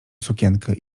sukienkę